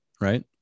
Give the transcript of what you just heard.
Right